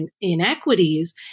inequities